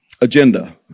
agenda